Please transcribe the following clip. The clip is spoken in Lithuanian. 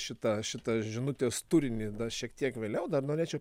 šitą šitą žinutės turinį dar šiek tiek vėliau dar norėčiau